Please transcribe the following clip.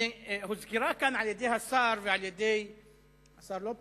הוזכרה כאן על-ידי השר, השר לא פה?